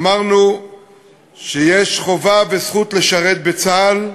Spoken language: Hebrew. אמרנו שיש חובה וזכות לשרת בצה"ל,